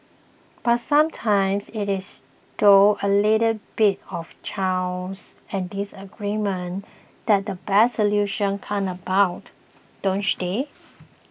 but sometimes it is through a little bit of chaos and disagreement that the best solutions come about don't they